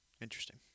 Interesting